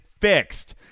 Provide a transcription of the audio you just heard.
fixed